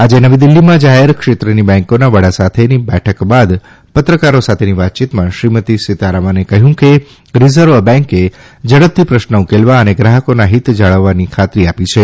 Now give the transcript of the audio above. આજે નવી દિલ્હીમાં જાહેરક્ષેત્રની બેન્કોના વડા સાથેની બેઠક બાદ પત્રકારો સાથેની વાતયીતમાં શ્રી સીતારમણે કહ્યું કે રીઝર્વ બેન્કે ઝડપથી પ્રશ્ન ઉકેલવા અને ગ્રાહકોનાં હીત જાળવવાની ખાતરી આપી છે